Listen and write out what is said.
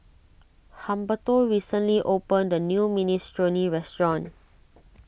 Humberto recently opened a new Minestrone restaurant